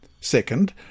Second